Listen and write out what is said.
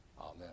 Amen